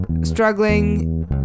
struggling